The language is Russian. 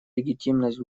легитимность